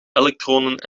elektronen